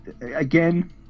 again